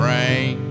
Rain